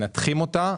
שאנחנו מנתחים אותה,